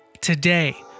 Today